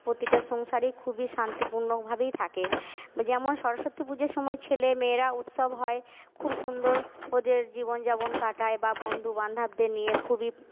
প্রতিটা সংসারেই খুবই শান্তিপূর্ণভাবেই থাকে যেমন সরস্বতী পুজোর সময় ছেলেমেয়েরা উৎসব হয় খুব সুন্দর ওদের জীবনযাপন কাটায় বা বন্ধুবান্ধবদের নিয়ে খুবই